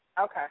Okay